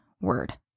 word